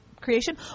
creation